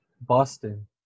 Boston